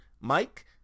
Mike